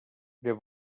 wir